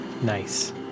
Nice